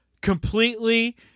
completely